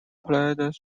played